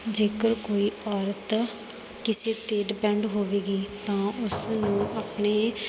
ਜੇਕਰ ਕੋਈ ਔਰਤ ਕਿਸੇ 'ਤੇ ਡਿਪੈਂਡ ਹੋਵੇਗੀ ਤਾਂ ਉਸ ਨੂੰ ਆਪਣੇ